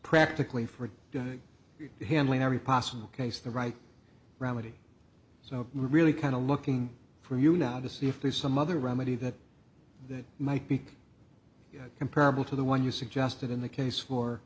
practically for handling every possible case the right remedy so we're really kind of looking for you now to see if there's some other remedy that that might be comparable to the one you suggested in the case for